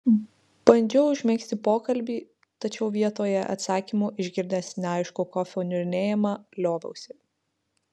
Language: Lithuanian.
bandžiau užmegzti pokalbį tačiau vietoje atsakymų išgirdęs neaiškų kofio niurnėjimą lioviausi